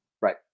Right